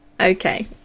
Okay